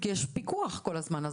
כי יש פיקוח כל הזמן.